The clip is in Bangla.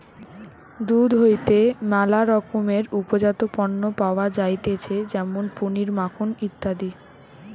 দুধ হইতে ম্যালা রকমের উপজাত পণ্য পাওয়া যাইতেছে যেমন পনির, মাখন ইত্যাদি